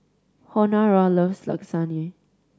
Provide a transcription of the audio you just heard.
Honora loves Lasagne